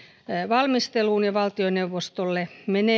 valmisteluun ja valtioneuvostolle menee viesti että näihin asioihin